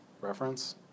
Reference